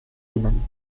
jemanden